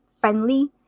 friendly